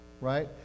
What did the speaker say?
right